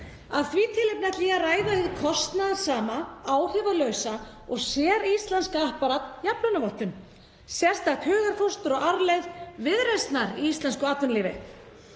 Af því tilefni ætla ég að ræða hið kostnaðarsama, áhrifalausa og séríslenska apparat jafnlaunavottun. Sérstakt hugarfóstur og arfleifð Viðreisnar í íslensku atvinnulífi.